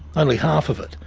only half of it,